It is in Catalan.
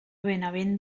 benavent